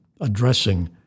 addressing